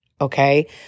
okay